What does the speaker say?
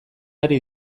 ari